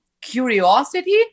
curiosity